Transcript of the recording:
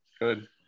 Good